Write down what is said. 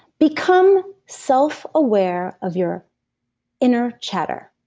become self-aware of your inner chatter.